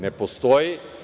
Ne postoji.